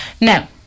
Now